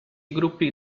gruppi